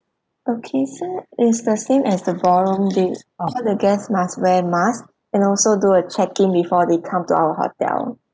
okay so it's the same as the ballroom they all the guests must wear masks and also do a check-in before they come to our hotel